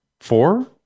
Four